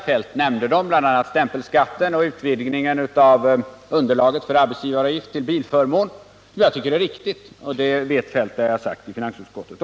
Kjell-Olof Feldt nämnde dem, bl.a. stämpelskatten och utvidgningen av underlaget för arbetsgivaravgift för bilförmån. Jag tycker de är riktiga, och det vet Kjell-Olof Feldt att jag har sagt i finansutskottet.